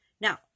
Now